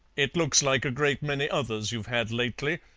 it looks like a great many others you've had lately,